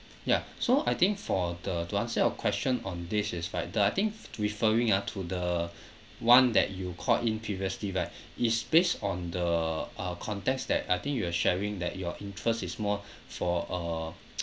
ya so I think for the to answer your question on this is right the I think referring ah to the one that you called in previously right it's based on the uh contents that I think you are sharing that your interest is more for uh